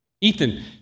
Ethan